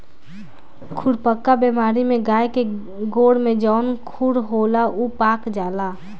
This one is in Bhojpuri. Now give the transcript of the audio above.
खुरपका बेमारी में गाय के गोड़ में जवन खुर होला उ पाक जाला